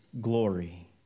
glory